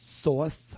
sauce